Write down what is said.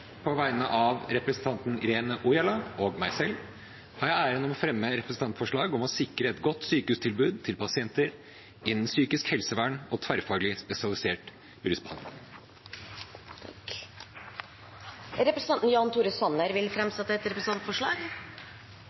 På vegne av representanten Irene Ojala og meg selv har jeg æren av å fremme representantforslag om å sikre et godt sykehustilbud til pasienter innen psykisk helsevern og tverrfaglig spesialisert rusbehandling. Representanten Jan Tore Sanner vil framsette et representantforslag.